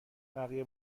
بقیه